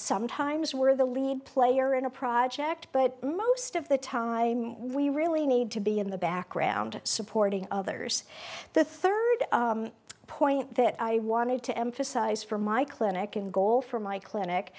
sometimes where the lead player in a project but most of the time we really need to be in the background supporting others the third point that i wanted to emphasize for my clinic and goal for my clinic